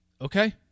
Okay